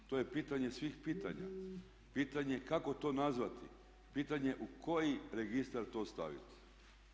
To je pitanje svih pitanja, pitanje kako to nazvati, pitanje u koji registar to staviti?